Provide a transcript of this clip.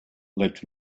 let